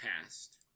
past